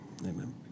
Amen